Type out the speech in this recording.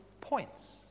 points